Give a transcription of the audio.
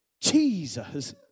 Jesus